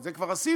את זה כבר עשינו,